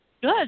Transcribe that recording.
Good